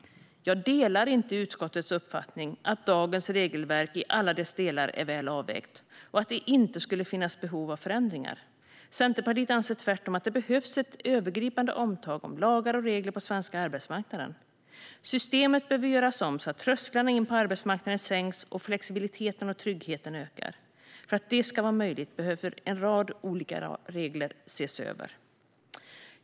Jag delar inte utskottets uppfattning att dagens regelverk i alla delar är väl avvägt och att det inte skulle finnas behov av förändringar. Centerpartiet anser tvärtom att det behövs ett övergripande omtag om lagar och regler på den svenska arbetsmarknaden. Systemet behöver göras om så att trösklarna in till arbetsmarknaden sänks och flexibiliteten och tryggheten ökar. För att det ska vara möjligt behöver en rad olika regler ses över.